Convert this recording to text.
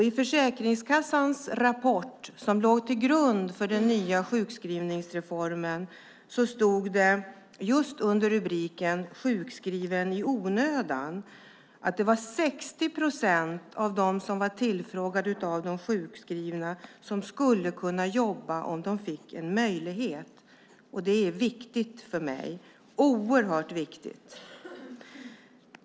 I Försäkringskassans rapport, som låg till grund för den nya sjukskrivningsreformen, stod det just under rubriken "Många är sjukskrivna i onödan" att 60 procent av de sjukskrivna som var tillfrågade skulle kunna jobba om de fick möjlighet. Det är oerhört viktigt för mig.